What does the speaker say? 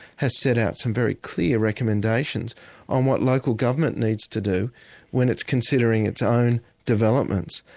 has set out some very clear recommendations on what local government needs to do when it's considering its own developments.